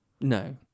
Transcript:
No